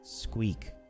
squeak